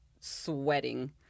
sweating